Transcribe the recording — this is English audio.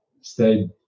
stayed